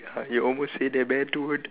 ya you almost say that man dude